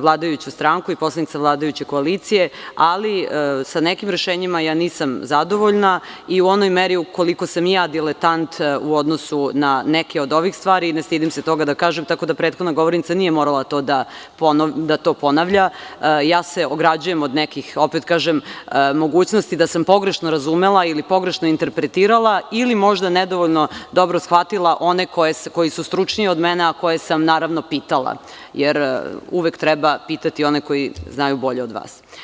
vladajuću stranku i iako sam poslanica vladajuće koalicije, ali sa nekim rešenjima nisam zadovoljna i u onoj meri koliko sam i ja diletant u odnosu na neke od ovih stvari, ne stidim se toga da kažem, tako da prethodna govornica nije morala to da ponavlja, ograđujem se od nekih mogućnosti da sam pogrešno razumela ili pogrešno interpretirala ili možda nedovoljno dobro shvatila one koji su stručniji od mene, a koje sam, naravno, pitala, jer uvek treba pitati one koji znaju bolje od vas.